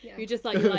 you just like, yeah